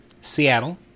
Seattle